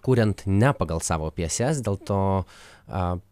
kuriant ne pagal savo pjeses dėl to a